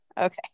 Okay